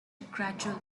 gradual